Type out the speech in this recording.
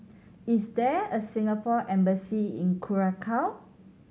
is there a Singapore Embassy in Curacao